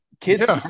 kids